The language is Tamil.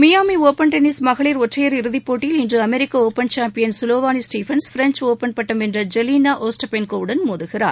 மியாமி ஒப்பன் டென்னிஸ் மகளிட் ஒற்றையர் இறுதிப்போட்டியில் இன்று American open champion Sloane Stephens French open பட்டம் வென்ற ஜெலீனா ஓஸ்டாபென்கோ உடன் மோதுகிறார்